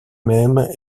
même